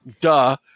duh